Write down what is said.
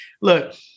Look